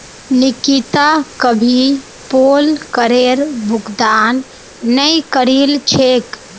निकिता कभी पोल करेर भुगतान नइ करील छेक